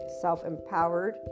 self-empowered